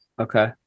Okay